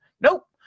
Nope